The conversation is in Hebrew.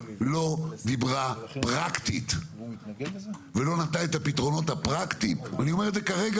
דיבר קודם נציג משרד החקלאות, הוא קרא לזה בשם.